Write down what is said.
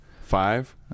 five